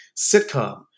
sitcom